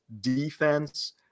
defense